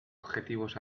objetivos